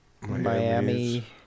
Miami